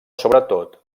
sobretot